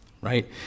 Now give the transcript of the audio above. right